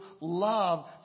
love